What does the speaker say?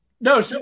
No